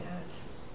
yes